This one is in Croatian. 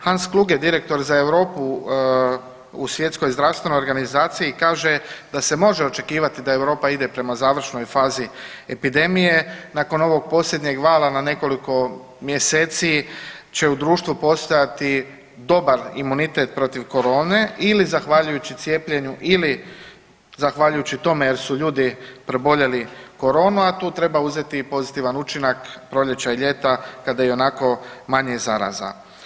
Hans Kluge, direktor za Europu u Svjetskoj zdravstvenoj organizaciji kaže da se može očekivati da Europa ide prema završnoj fazi epidemije, nakon ovog posljednjeg vala na nekoliko mjeseci će u društvu postojati dobar imunitet protiv korone ili zahvaljujući cijepljenju ili zahvaljujući tome jer su ljudi preboljeli koronu, a tu treba uzeti i pozitivan učinak proljeća i ljeta kada je ionako manje zaraza.